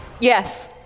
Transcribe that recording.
Yes